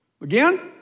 Again